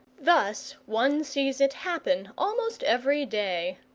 thus one sees it happen almost every day,